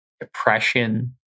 depression